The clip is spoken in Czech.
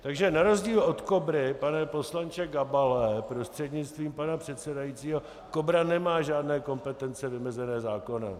Takže na rozdíl od KOBRY, pane poslanče Gabale prostřednictvím pana předsedajícího, KOBRA nemá žádné kompetence vymezené zákonem.